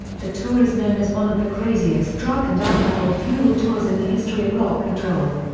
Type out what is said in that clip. the tour is known as one of the craziest drug and alcohol-fuelled tours in the history of rock and roll.